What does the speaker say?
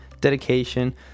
dedication